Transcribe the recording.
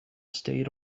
stayed